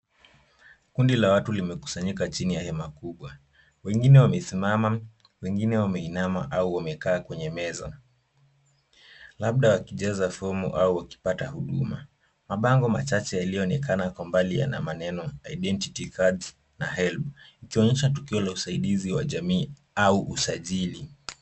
Kundi la watu limekusanyika chini ya hema kubwa. Wengine wamezimama, wengine wameinama au wamekaa kwenye meza. Labda wakijaza fomu au wakipata huduma. Mabango machache yalionekana kwa mbali yana maneno Identity Card na Helb ikionyesha tukio la usaidizi wa jamii au usajili.